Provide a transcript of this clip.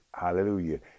hallelujah